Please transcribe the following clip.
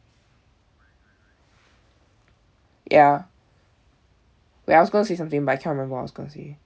ya wait I was going to say something but I cannot remember what I was going to say